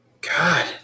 God